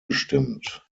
gestimmt